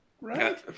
right